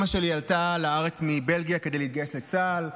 אימא שלי עלתה לארץ מבלגיה כדי להתגייס לצה"ל.